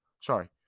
sorry